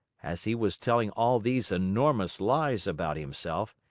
as he was telling all these enormous lies about himself,